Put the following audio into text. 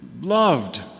loved